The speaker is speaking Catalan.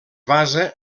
basa